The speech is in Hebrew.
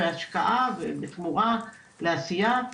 ההשקעה בתמורה לעשייה,